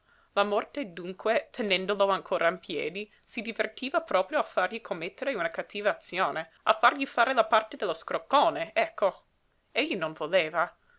la morte dunque tenendolo ancora in piedi si divertiva proprio a fargli commettere una cattiva azione a fargli far la parte dello scroccone ecco egli non voleva